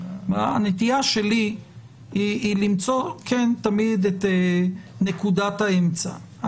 הנטייה שלי היא למצוא כן תמיד את נקודת האמצע.